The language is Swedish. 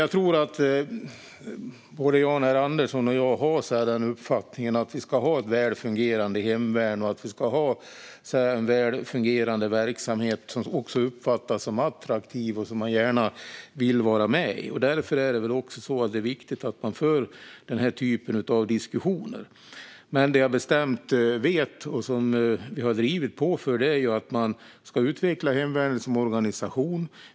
Jag tror att både Jan R Andersson och jag har uppfattningen att vi ska ha ett väl fungerande hemvärn och en väl fungerande verksamhet som uppfattas som attraktiv och som man gärna vill delta i. Därför är det viktigt att föra den här typen av diskussioner. Det som jag bestämt vet, och som vi har drivit på för, är att man ska utveckla hemvärnet som organisation.